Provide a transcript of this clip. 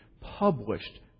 published